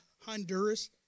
Honduras